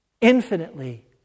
infinitely